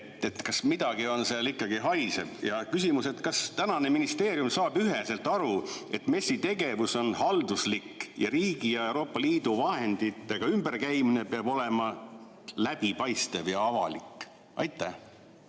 Kas midagi seal ikkagi haiseb? Ja küsimus on: kas tänane ministeerium saab üheselt aru, et MES-i tegevus on halduslik ning riigi ja Euroopa Liidu vahenditega ümberkäimine peab olema läbipaistev ja avalik? Urmas